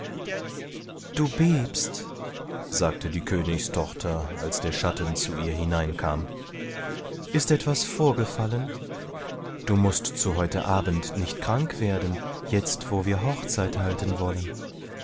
du bebst sagte die königstochter als der schatten zu ihr hineinkam ist etwas vorgefallen du mußt zu heute abend nicht krank werden jetzt wo wir hochzeit halten wollen